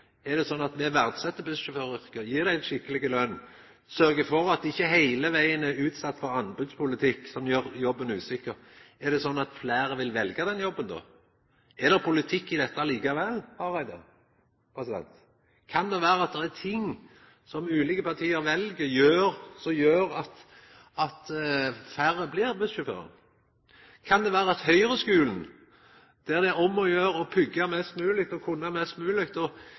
bussjåføryrket, gjev dei ei skikkeleg løn og sørgjer for at dei ikkje heile vegen blir utsette for anbodspolitikk som gjer jobben usikker, så vil fleire velja den jobben? Er det politikk i dette likevel, Hareide? Kan det vera at det er ting som ulike parti vel, som gjer at færre blir bussjåførar? Kan det vera at ein i Høgre-skulen, der det er om å gjera å pugga mest mogleg og kunna mest mogleg, og